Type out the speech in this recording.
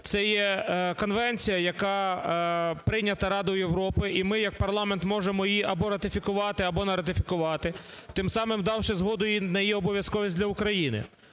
Це є конвенція, яка прийнята Радою Європи, і ми як парламент можемо її або ратифікувати або не ратифікувати, тим самим давши згоду на її обов'язковість для України.